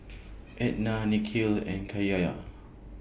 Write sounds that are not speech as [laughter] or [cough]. Etna Nikhil and [unintelligible]